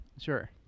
Sure